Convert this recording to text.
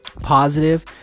Positive